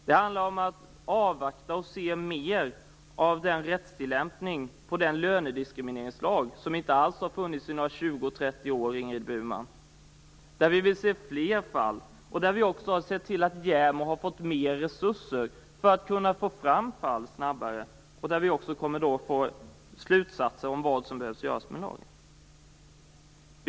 Det handlar om att avvakta och se mer av den rättstillämpning i fråga om den lönediskrimineringslag som inte alls har funnits i 20-30 år, Ingrid Burman! Vi vill där se fler fall. Vi har också sett till att JämO fått mer resurser för att snabbare kunna få fram fall. Det kommer också slutsatser om vad som behöver göras beträffande lagen.